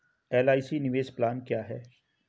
LIC निवेश plan क्या है?